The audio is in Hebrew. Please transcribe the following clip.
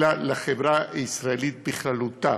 אלא לחברה הישראלית בכללותה.